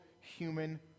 human